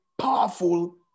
powerful